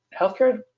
healthcare